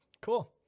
Cool